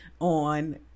on